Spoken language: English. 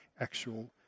actual